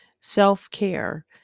self-care